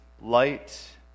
light